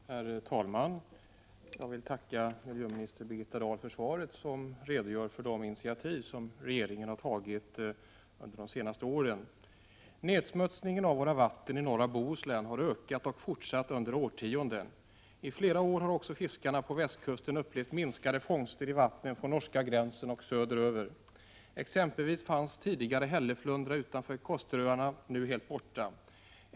Herr talman! Jag vill tacka miljöminister Birgitta Dahl för svaret, där hon redogör för de initiativ regeringen har tagit under de senaste åren. Nedsmutsningen av våra vatten i norra Bohuslän har fortsatt och ökat under årtionden. I flera år har också fiskarna på västkusten upplevt minskade fångster i vattnen från norska gränsen och söderöver. Tidigare fanns exempelvis hälleflundra utanför Kosteröarna. Nu är den helt borta.